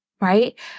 right